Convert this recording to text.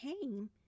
came